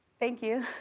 thank you.